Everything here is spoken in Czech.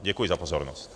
Děkuji za pozornost.